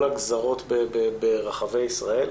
הגזרות ברחבי ישראל,